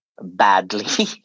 badly